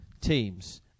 teams